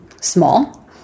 small